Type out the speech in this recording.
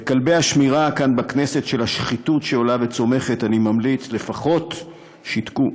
לכלבי השמירה כאן בכנסת של השחיתות שעולה וצומחת אני ממליץ: לפחות שתקו.